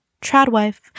TradWife